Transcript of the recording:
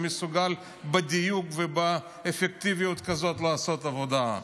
שמסוגל בדיוק ובאפקטיביות כאלה לעשות עבודה.